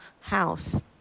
house